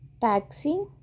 taxi